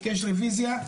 ביקש רוויזיה,